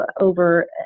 over